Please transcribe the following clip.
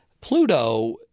Pluto